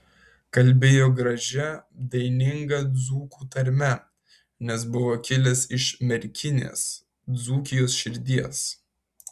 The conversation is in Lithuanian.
kalbėjo gražia daininga dzūkų tarme nes buvo kilęs iš merkinės dzūkijos širdies